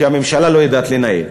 שהממשלה לא יודעת לנהל,